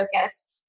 focus